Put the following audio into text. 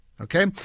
okay